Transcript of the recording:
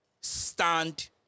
stand